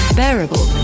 bearable